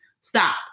stop